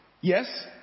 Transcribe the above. Yes